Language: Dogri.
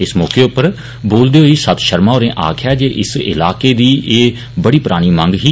इस मौके उप्पर बोलदे होई सत्त शर्मा होरें आक्खेआ जे इलाके दी एह बडी परानी मंग ही